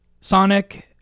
Sonic